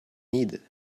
needed